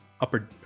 upper